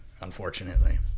unfortunately